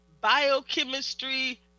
biochemistry